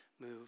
move